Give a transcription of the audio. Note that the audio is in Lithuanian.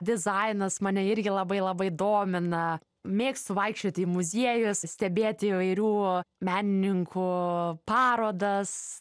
dizainas mane irgi labai labai domina mėgstu vaikščioti į muziejus stebėti įvairių menininkų parodas